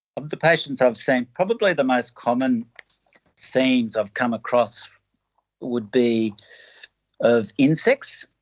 of the patients i've seen, probably the most common themes i've come across would be of insects,